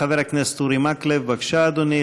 חבר הכנסת אורי מקלב, בבקשה, אדוני.